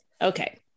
Okay